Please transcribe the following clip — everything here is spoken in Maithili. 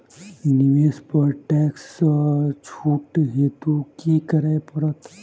निवेश पर टैक्स सँ छुट हेतु की करै पड़त?